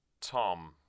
Tom